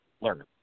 learn